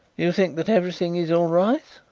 you think that everything is all right?